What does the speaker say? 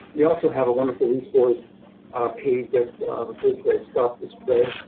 we also have a wonderful resource page that's referred to as stop the spread.